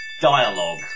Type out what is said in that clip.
dialogue